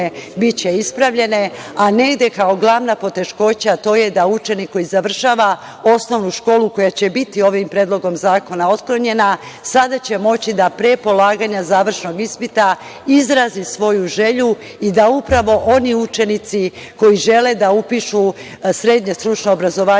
biće ispravljene, a negde kao glavna poteškoća, to je da učenik koji završava osnovnu školu koja će biti ovim Predlogom zakona otklonjena sada će moći da pre polaganja završnog ispita izrazi svoju želju i da upravo oni učenici koji žele da upišu srednje stručno obrazovanje po